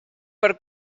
per